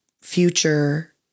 future